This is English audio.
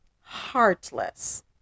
Heartless